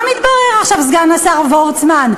מה מתברר עכשיו, סגן השר וורצמן?